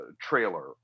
trailer